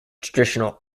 traditional